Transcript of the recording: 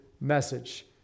message